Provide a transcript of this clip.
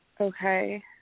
Okay